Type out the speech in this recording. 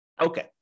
Okay